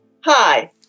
Hi